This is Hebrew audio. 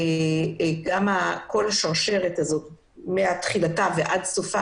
גם כל השרשרת מתחילתה ועד סופה,